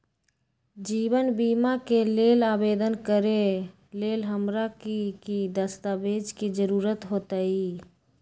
जीवन बीमा के लेल आवेदन करे लेल हमरा की की दस्तावेज के जरूरत होतई?